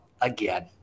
again